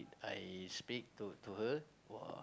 I speak to to her for